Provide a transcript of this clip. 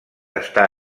està